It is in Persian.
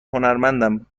هنرمندم